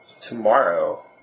Tomorrow